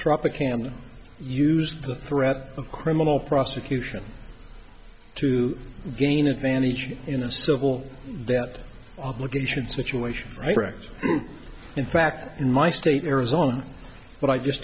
tropicana used the threat of criminal prosecution to gain advantage in a civil debt obligation situation records in fact in my state arizona but i just